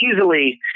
easily